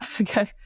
Okay